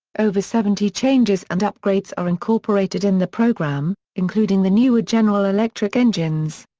over seventy changes and upgrades are incorporated in the program, including the newer general electric engines.